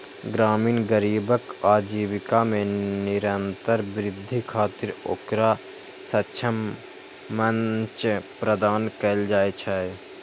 ग्रामीण गरीबक आजीविका मे निरंतर वृद्धि खातिर ओकरा सक्षम मंच प्रदान कैल जाइ छै